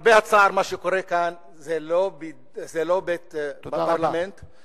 למרבה הצער, מה שקורה כאן זה לא פרלמנט, תודה רבה.